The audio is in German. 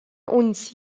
uns